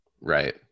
Right